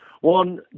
One